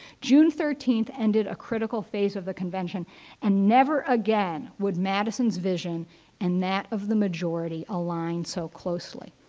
june thirteenth ended a critical phase of the convention and never again would madison's vision and that of the majority aligned so closely.